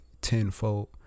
tenfold